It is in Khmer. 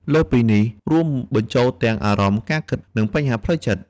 លើសពីនេះរួមបញ្ចូលទាំងអារម្មណ៍ ការគិត និងបញ្ហាផ្លូវចិត្ត។